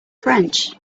french